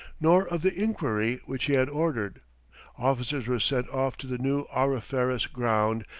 nor of the inquiry which he had ordered officers were sent off to the new auriferous ground,